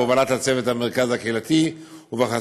בהובלת צוות המרכז הקהילתי ובחסות